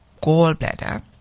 gallbladder